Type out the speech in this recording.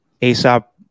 Aesop